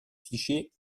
fichiers